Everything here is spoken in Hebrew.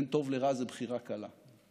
בין טוב לרע זו בחירה קלה,